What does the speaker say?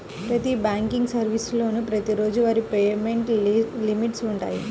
ప్రతి బ్యాంకింగ్ సర్వీసులోనూ రోజువారీ పేమెంట్ లిమిట్స్ వుంటయ్యి